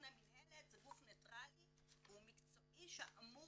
המינהלת היא גוף ניטרלי ומקצועי שאמור